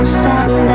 sound